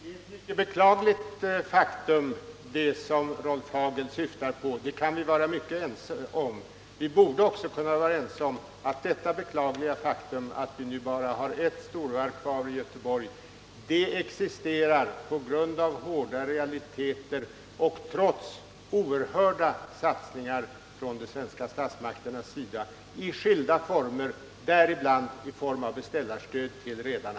Herr talman! Det är ett mycket beklagligt faktum som Rolf Hagel syftar på —- det kan vi vara ense om. Vi borde också kunna vara ense om att det beklagliga faktum att vi nu bara har ett storvarv kvar i Göteborg har sin orsak i hårda realiteter, trots oerhörda satsningar i skilda former från de svenska statsmakterna, bl.a. i form av beställarstöd till redarna.